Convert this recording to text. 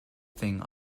thing